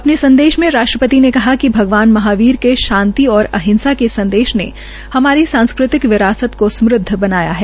अपने संदेश में राष्ट्रपति ने कहा कि भगवान महावीर के शांति और अहिंसा के संदेश ने हमारी सांस्कृतिक विरासत को समृद्व बनाया है